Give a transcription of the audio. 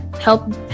help